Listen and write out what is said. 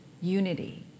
unity